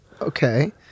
Okay